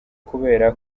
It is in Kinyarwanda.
kubera